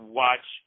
watch